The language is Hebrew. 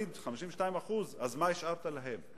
אז מה השארת להם?